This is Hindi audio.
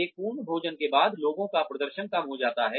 एक पूर्ण भोजन के बाद लोगों का प्रदर्शन कम हो जाता है